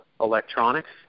electronics